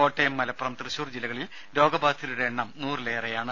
കോട്ടയം മലപ്പുറം തൃശൂർ ജില്ലകളിൽ രോഗബാധിതരുടെ എണ്ണം നൂറിലേറെയാണ്